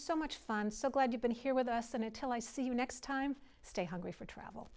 so much fun so glad you've been here with us in a till i see you next time stay hungry for travel